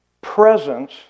presence